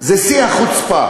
זה שיא החוצפה,